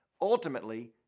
Ultimately